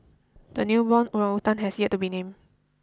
the newborn blow done has yet to be named